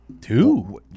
Two